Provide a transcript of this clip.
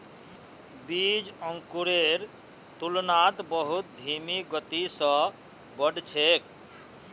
बीज अंकुरेर तुलनात बहुत धीमी गति स बढ़ छेक